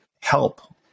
help